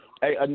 Hey